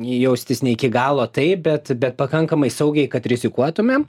jaustis ne iki galo taip bet bet pakankamai saugiai kad rizikuotumėm